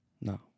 No